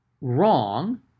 wrong